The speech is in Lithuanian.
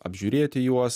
apžiūrėti juos